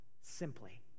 simply